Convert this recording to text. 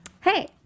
Hey